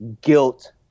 guilt